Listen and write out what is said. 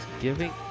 giving